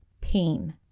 pain